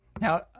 Now